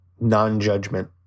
non-judgment